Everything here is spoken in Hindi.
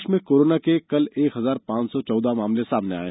प्रदेश में कोरोना के कल एक हजार पांच सौ चौदह मामले सामने आये